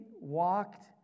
walked